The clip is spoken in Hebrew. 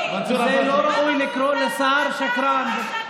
זה לא ראוי לקרוא לשר שקרן.